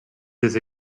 des